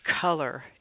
color